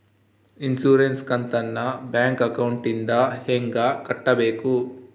Insurance ಕಂತನ್ನ bank ಅಕೌಂಟಿಂದ ಹೆಂಗ ಕಟ್ಟಬೇಕು?